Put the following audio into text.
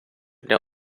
для